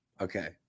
Okay